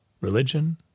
religion